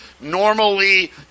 Normally